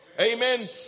amen